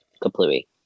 completely